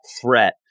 threat